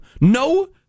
No